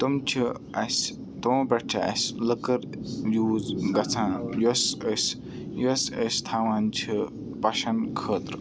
تٔم چھِ اَسہِ تِمو پٮ۪ٹھ چھِ اَسہِ لکٕر یوٗز گژھان یۄس أسۍ یۄس أسۍ تھاوان چھِ پَشن خٲطرٕ